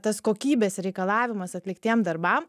tas kokybės reikalavimas atliktiem darbam